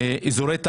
אזורי תעשייה.